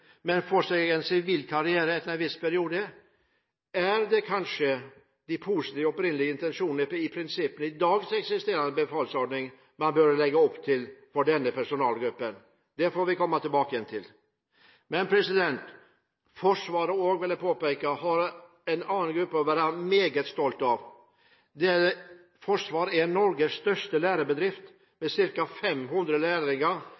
men får seg en sivil karriere etter en viss periode, er det kanskje de positive, opprinnelige intensjonene i prinsippene som eksisterer i dagens befalsordning, man bør legge opp til for denne personalgruppen. Det får vi komme tilbake til. Jeg vil også påpeke at Forsvaret har en annen gruppe som man kan være meget stolt av. Forsvaret er Norges største lærebedrift,